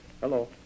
Hello